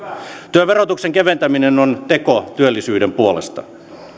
työn verotuksen keventäminen on teko työllisyyden puolesta